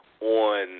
on